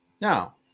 Now